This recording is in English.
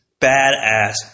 badass